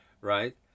right